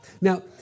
Now